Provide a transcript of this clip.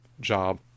job